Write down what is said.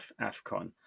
Afcon